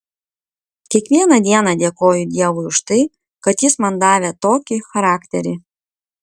kiekvieną dieną dėkoju dievui už tai kad jis man davė tokį charakterį